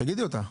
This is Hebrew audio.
תגידי אותה.